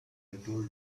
told